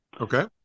Okay